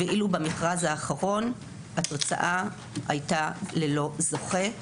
אבל במכרז האחרון התוצאה הייתה ללא זוכה,